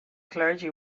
clergy